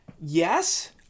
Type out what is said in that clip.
Yes